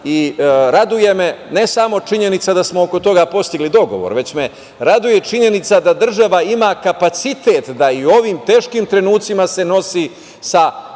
i raduje me ne samo činjenica da smo oko toga postigli dogovor, već me raduje činjenica da država ima kapacitet da i u ovim teškim trenucima se nosi sa